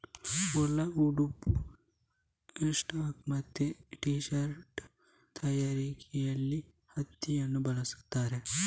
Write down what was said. ಒಳ ಉಡುಪು, ಸಾಕ್ಸ್ ಮತ್ತೆ ಟೀ ಶರ್ಟ್ ತಯಾರಿಕೆಯಲ್ಲಿ ಹತ್ತಿಯನ್ನ ಬಳಸ್ತಾರೆ